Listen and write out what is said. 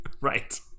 Right